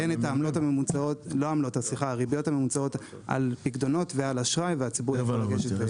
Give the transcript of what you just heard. את הריביות הממוצעות על פיקדונות ועל אשראי והציבור יכול לגשת.